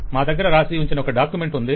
మా దగ్గర రాసి ఉంచిన ఒక డాక్యుమెంట్ ఉంది